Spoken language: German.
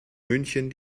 münchen